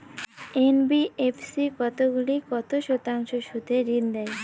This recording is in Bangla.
এন.বি.এফ.সি কতগুলি কত শতাংশ সুদে ঋন দেয়?